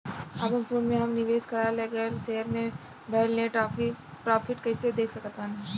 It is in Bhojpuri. अपना फोन मे हम निवेश कराल गएल शेयर मे भएल नेट प्रॉफ़िट कइसे देख सकत बानी?